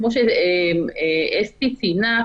כמו שאסתי ציינה,